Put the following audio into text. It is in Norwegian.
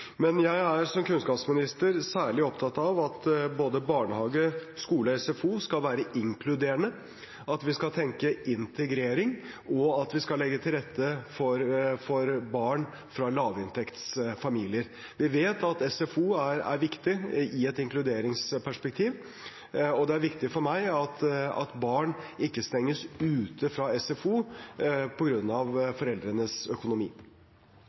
Som kunnskapsminister er jeg særlig opptatt av at både barnehager, skoler og SFO skal være inkluderende, at vi skal tenke integrering, og at vi skal legge til rette for barn fra lavinntektsfamilier. Vi vet at SFO er viktig i et inkluderingsperspektiv, og det er viktig for meg at barn ikke stenges ute fra SFO på grunn av foreldrenes økonomi.